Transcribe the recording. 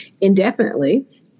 indefinitely